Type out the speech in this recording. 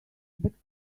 but